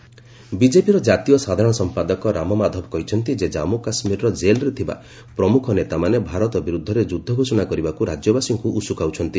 ରାମ ମାଧବ ବିଜେପିର ଜାତୀୟ ସାଧାରଣ ସମ୍ପାଦକ ରାମ ମାଧବ କହିଛନ୍ତି ଯେ ଜାମ୍ପୁ କାଶ୍ମୀରର ଜେଲ୍ରେ ଥିବା ପ୍ରମୁଖ ନେତାମାନେ ଭାରତ ବିରୁଦ୍ଧରେ ଯୁଦ୍ଧ ଘୋଷଣା କରିବାକୁ ରାଜ୍ୟବାସୀଙ୍କୁ ଉସୁକାଉଛନ୍ତି